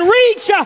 reach